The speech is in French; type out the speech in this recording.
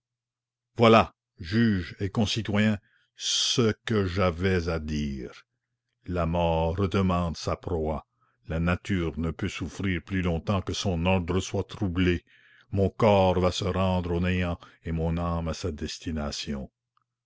voilà juges et concitoyens ce que j'avais à dire la mort redemande sa proie la nature ne peut souffrir plus long-temps que son ordre soit troublé mon corps va se rendre au néant et mon âme à sa destination